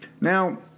Now